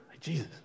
Jesus